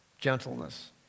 gentleness